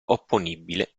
opponibile